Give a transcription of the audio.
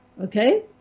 okay